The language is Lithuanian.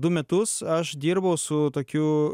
du metus aš dirbau su tokiu